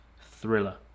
thriller